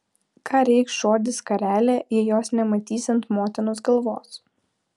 ką reikš žodis skarelė jei jos nematysi ant motinos galvos